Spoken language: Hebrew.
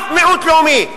אף מיעוט לאומי.